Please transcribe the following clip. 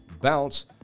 bounce